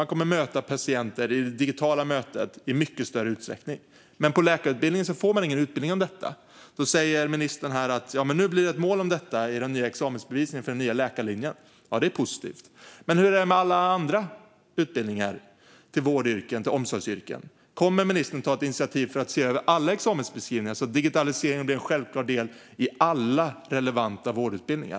De kommer att möta patienter i det digitala mötet i mycket större utsträckning. Men på läkarutbildningen får man ingen utbildning i detta. Ministern säger här att det nu blir ett mål om detta i examensbeskrivningen för den nya läkarlinjen. Det är positivt, men hur är det med alla andra utbildningar till vård och omsorgsyrken? Kommer ministern att ta initiativ till att se över alla examensbeskrivningar så att digitaliseringen blir en självklar del i alla relevanta vårdutbildningar?